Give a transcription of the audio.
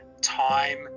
time